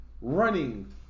running